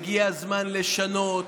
הגיע הזמן לשנות.